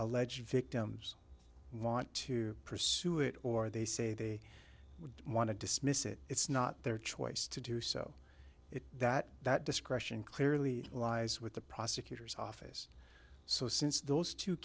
alleged victims want to pursue it or they say they would want to dismiss it it's not their choice to do so it that that discretion clearly lies with the prosecutor's office so since those two